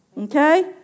Okay